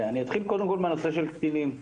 אני אתחיל קודם כל מהנושא של קטינים,